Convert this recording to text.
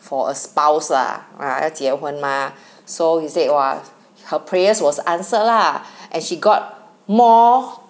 for a spouse lah ah 要结婚嘛 so she said !wah! her prayers was answered lah and she got more